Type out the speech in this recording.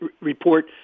report